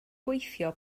gweithio